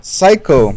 Psycho